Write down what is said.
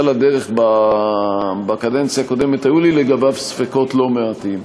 לדרך בקדנציה הקודמת היו לי לגביו ספקות לא מעטים.